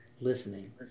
Listening